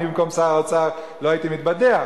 אני במקום שר האוצר לא הייתי מתבדח.